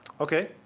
Okay